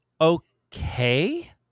okay